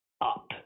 up